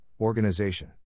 organization